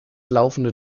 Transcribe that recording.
laufende